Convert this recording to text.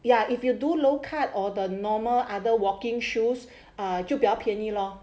ya if you do low cut or the normal other walking shoes uh 就比较便宜 lor